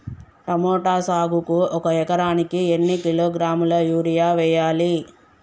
Tomato సాగుకు ఒక ఎకరానికి ఎన్ని కిలోగ్రాముల యూరియా వెయ్యాలి?